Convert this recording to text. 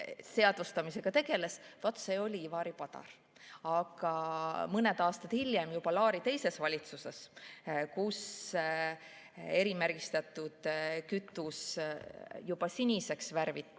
seadustamisega tegeles? Vaat see oli Ivari Padar. Mõned aastad hiljem juba Laari teises valitsuses, kui erimärgistatud kütus juba siniseks värviti,